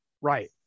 Right